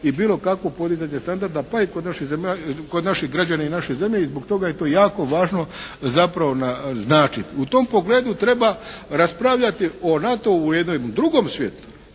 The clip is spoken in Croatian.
i bilo kakvo podizanje standarda pa i kod naših građana i naše zemlje i zbog toga je to jako važno zapravo naznačiti. U tom pogledu treba raspravljati o NATO-u u jednom drugom svjetlu.